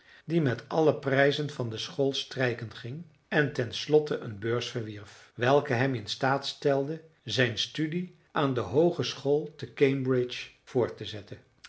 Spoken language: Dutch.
die met alle prijzen van de school strijken ging en ten slotte een beurs verwierf welke hem in staat stelde zijn studie aan de hoogeschool te cambridge voort te zetten